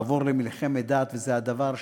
לעבור למלחמת דת, וזה הדבר שבאמת,